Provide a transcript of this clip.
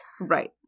Right